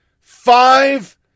five